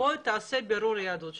'בוא תעשה בירור יהדות שלך',